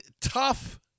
tough